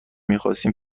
میخواستم